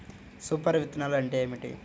Super విత్తనాలు అంటే ఏమిటి?